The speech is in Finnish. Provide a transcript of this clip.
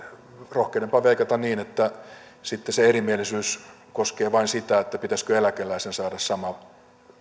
rohkenenpa veikata niin että se erimielisyys koskee vain sitä pitäisikö eläkeläisen saada sama